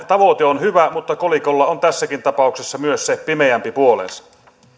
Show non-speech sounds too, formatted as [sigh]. [unintelligible] tavoite on hyvä mutta kolikolla on tässäkin tapauksessa myös se pimeämpi puolensa